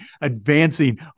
advancing